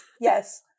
Yes